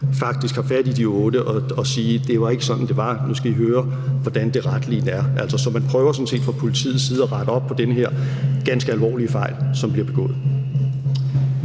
faktisk fat i de 8 og siger: Det var ikke sådan, det var; nu skal I høre, hvordan det rettelig er. Så man prøver altså sådan set fra politiets side at rette op på den her ganske alvorlige fejl, som bliver begået.